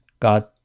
God